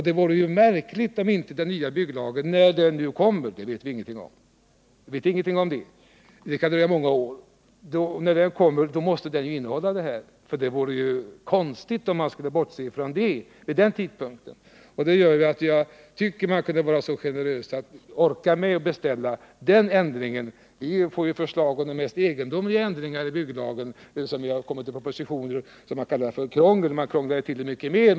Det vore märkligt om inte den nya byggnadslagen — när den nu kommer, det vet vi ingenting om, det kan dröja många år — innehöll dessa bestämmelser. Det vore konstigt om man skulle bortse från de här sakerna vid den tidpunkten. Därför tycker jag att man borde kunna vara så generös att man beställde den här ändringen. Vi får ju i propositioner förslag om de mest egendomliga ändringar av byggnadslagen. Man talar om krångel, men man krånglar själv till det hela mycket mer.